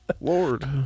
Lord